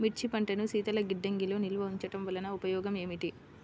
మిర్చి పంటను శీతల గిడ్డంగిలో నిల్వ ఉంచటం వలన ఉపయోగం ఏమిటి?